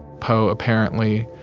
poe apparently.